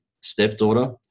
stepdaughter